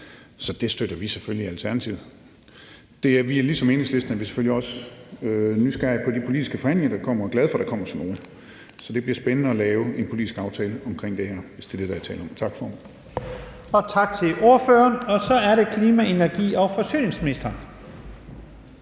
så det støtter vi selvfølgelig i Alternativet. Ligesom Enhedslisten er vi selvfølgelig også nysgerrige på de politiske forhandlinger, der kommer, og vi er glade for, at der kommer sådan nogle. Det bliver spændende at lave en politisk aftale omkring det her, hvis det er det, der er tale om. Tak, formand.